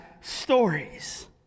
stories